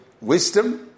wisdom